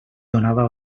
donava